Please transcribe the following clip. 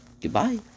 Goodbye